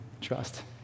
trust